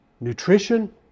nutrition